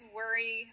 worry